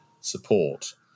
support